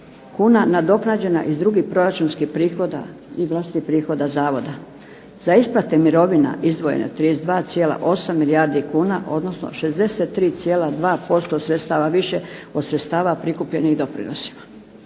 kuna nadoknađena iz drugih proračunskih prihoda i vlastitih prihoda zavoda. Za isplate mirovina izdvojeno je 32,8 milijardi kuna odnosno 63,2% sredstava više od sredstava prikupljenih doprinosima.